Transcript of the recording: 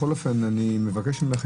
בכל אופן אני מבקש ממך,